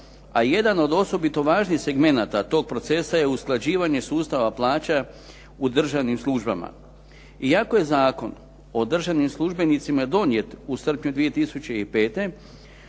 a jedan od osobito važnih segmenata tog procesa je usklađivanje sustava plaća u državnim službama. Iako je Zakon o državnim službenicima donijet u srpnju 2005.,